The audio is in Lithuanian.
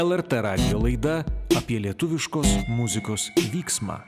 lrt radijo laida apie lietuviškos muzikos vyksmą